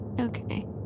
okay